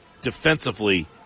defensively